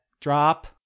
Drop